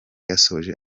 yasoje